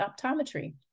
optometry